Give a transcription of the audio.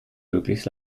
möglichst